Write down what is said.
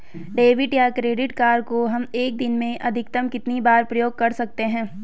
Debit या credit card को हम एक दिन में अधिकतम कितनी बार प्रयोग कर सकते हैं?